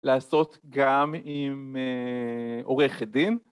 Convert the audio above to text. ‫לעשות גם עם עורכת דין.